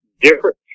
different